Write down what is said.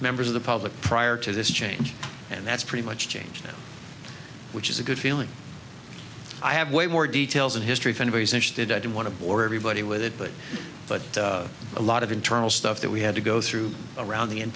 members of the public prior to this change and that's pretty much change now which is a good feeling i have way more details in history for anybody's interested i don't want to bore everybody with that but a lot of internal stuff that we had to go through around